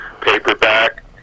paperback